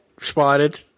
spotted